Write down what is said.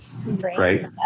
Right